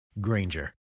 Granger